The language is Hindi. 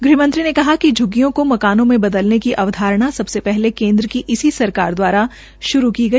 ग़हमंत्री ने कहा कि झ्गीयों को मकानों में बदलने की अवधारणा सबसे पहले केन्द्र की इसी सरकार दवारा श्रू की गई